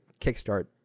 kickstart